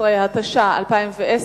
16), התש"ע 2010,